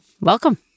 welcome